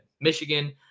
Michigan